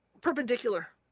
perpendicular